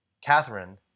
Catherine